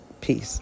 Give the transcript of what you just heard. Peace